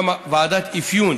ועדת אפיון